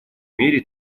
мере